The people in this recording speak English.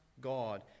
God